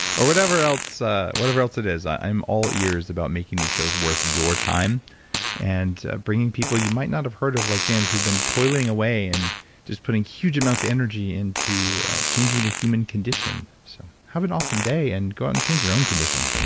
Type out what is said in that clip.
or whatever else ah or whatever else it is. i'm all ears about making these shows worth your time and ah bringing people you might not have heard of like james who've been toiling away and just putting huge amounts of energy into changing the human condition so have an awesome day and go out and change your own condition